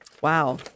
Wow